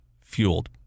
fueled